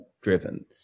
driven